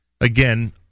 again